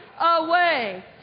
away